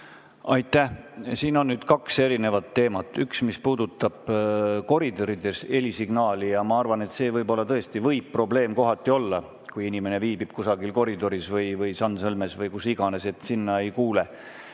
Aitäh! Siin on nüüd kaks erinevat teemat. Üks puudutab koridorides helisignaali ja ma arvan, et see võib tõesti kohati probleem olla, kui inimene viibib kusagil koridoris või sansõlmes või kus iganes, et sinna ei kuule.